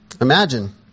Imagine